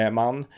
man